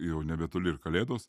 jau nebetoli ir kalėdos